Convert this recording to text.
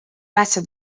better